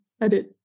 edit